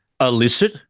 illicit